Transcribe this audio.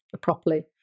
properly